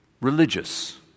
religious